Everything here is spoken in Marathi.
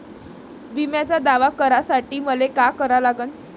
बिम्याचा दावा करा साठी मले का करा लागन?